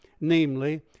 namely